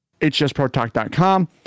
hsprotalk.com